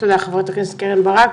תודה חברת הכנסת קרן ברק.